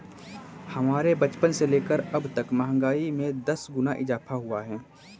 हमारे बचपन से लेकर अबतक महंगाई में दस गुना इजाफा हुआ है